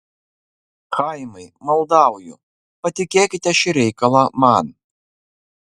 chaimai maldauju patikėkite šį reikalą man